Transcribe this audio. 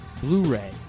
blu-ray